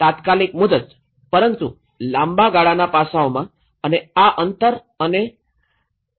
તાત્કાલિક મુદત પરંતુ લાંબા ગાળાના પાસાંઓમાં અને આ અંતર અને